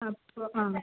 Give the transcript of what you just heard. അപ്പോൾ ആ